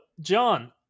John